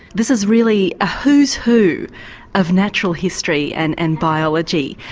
this is really a who's who of natural history and and biology.